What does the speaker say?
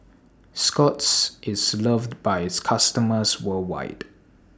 Scott's IS loved By its customers worldwide